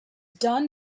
done